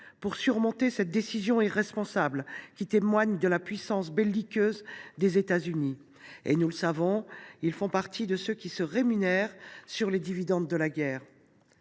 pour surmonter cette décision irresponsable, qui témoigne de la puissance belliqueuse des États Unis ? Nous le savons, ils font partie de ceux qui se rémunèrent sur les dividendes de la guerre